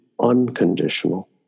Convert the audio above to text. unconditional